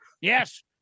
Yes